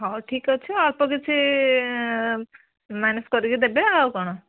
ହଉ ଠିକ୍ ଅଛି ଅଳ୍ପ କିଛି ମାଇନସ୍ କରିକି ଦେବେ ଆଉ କଣ